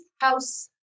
house